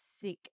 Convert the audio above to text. sick